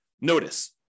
notice